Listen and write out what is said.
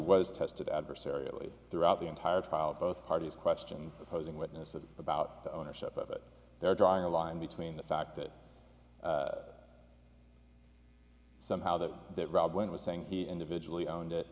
was tested adversarial throughout the entire trial both parties question posing witnesses about the ownership of it they're drawing a line between the fact that somehow that that robin was saying he individually owned it